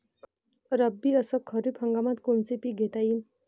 रब्बी अस खरीप हंगामात कोनचे पिकं घेता येईन?